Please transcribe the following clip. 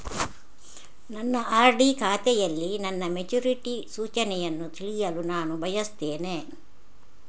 ನನ್ನ ಆರ್.ಡಿ ಖಾತೆಯಲ್ಲಿ ನನ್ನ ಮೆಚುರಿಟಿ ಸೂಚನೆಯನ್ನು ತಿಳಿಯಲು ನಾನು ಬಯಸ್ತೆನೆ